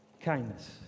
Kindness